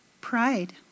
Pride